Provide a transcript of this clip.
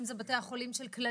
אם זה בתי החולים של כללית,